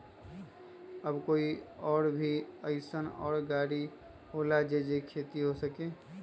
का कोई और भी अइसन और गाड़ी होला जे से खेती हो सके?